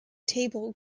table